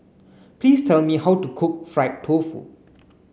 please tell me how to cook fried tofu